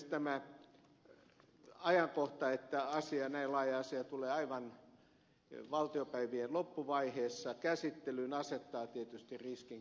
tämä ajankohta että näin laaja asia tulee aivan valtiopäivien loppuvaiheessa käsittelyyn asettaa tietysti riskin käsittelyn laadulle